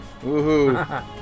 Woohoo